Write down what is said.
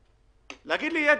תשובה.